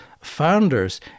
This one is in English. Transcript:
founders